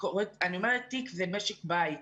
תיק זה משק בית.